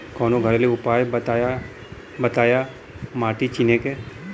कवनो घरेलू उपाय बताया माटी चिन्हे के?